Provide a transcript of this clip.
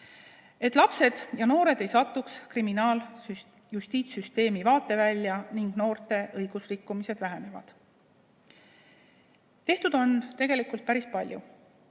et lapsed ja noored ei satuks kriminaaljustiitssüsteemi vaatevälja ning noorte õigusrikkumised väheneksid. Tehtud on tegelikult päris palju.